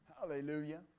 Hallelujah